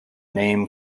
name